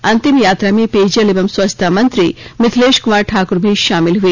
अंतिम यात्रा में पेयजल एवं स्वच्छता मंत्री मिथिलेश कुमार ठाक्र भी शमिल हए